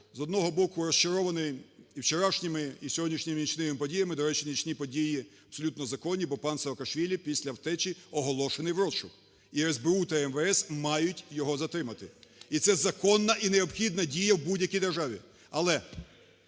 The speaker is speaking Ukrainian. з одного боку розчарований і вчорашніми, і сьогоднішніми нічними подіями. До речі, нічні події абсолютно законні, бо пан Саакашвілі після втечі оголошений в розшук, і СБУ та МВС мають його затримати, і це законна і необхідна дія в будь-якій державі. Але